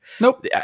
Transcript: Nope